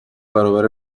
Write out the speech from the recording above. برابر